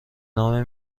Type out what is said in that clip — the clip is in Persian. نام